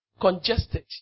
congested